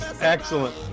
Excellent